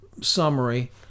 summary